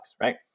right